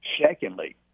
Secondly